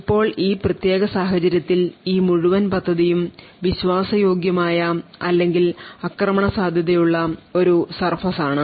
ഇപ്പോൾ ഈ പ്രത്യേക സാഹചര്യത്തിൽ ഈ മുഴുവൻ പദ്ധതിയും വിശ്വാസയോഗ്യമായ അല്ലെങ്കിൽ ആക്രമണ സാധ്യതയുള്ള ഒരു surface ആണ്